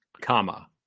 comma